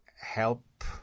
help